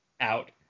out